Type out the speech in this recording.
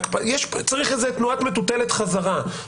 צריך איזה תנועת מטוטלת חזרה.